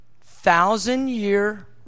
thousand-year